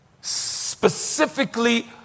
specifically